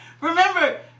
Remember